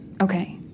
Okay